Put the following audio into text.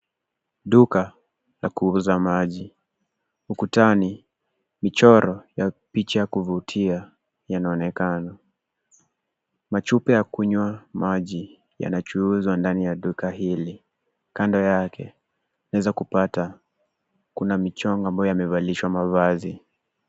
Duka la kuuza maji. Ukutani michoro ya picha kuvutia yanaonekana. Machupa ya kunywa maji yanachuuzwa ndani ya duka hili kando yake unaweza kupata kuna michongo ambayo yamevalishwa mavazi.